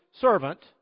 servant